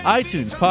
iTunes